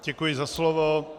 Děkuji za slovo.